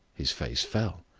his face fell.